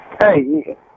Hey